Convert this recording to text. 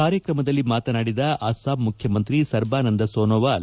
ಕಾರ್ಯಕ್ರಮದಲ್ಲಿ ಮಾತನಾಡಿದ ಆಸ್ಲಾಂ ಮುಖ್ಯಮಂತ್ರಿ ಸರ್ಜಾನಂದ್ ಸೋನೋವಾಲ್